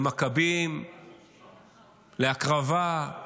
למכבים, להקרבה.